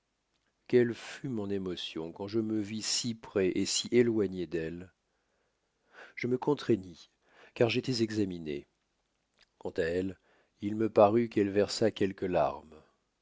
quelle fut mon émotion quand je me vis si près et si éloigné d'elle je me contraignis car j'étois examiné quant à elle il me parut qu'elle versa quelques larmes